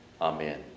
Amen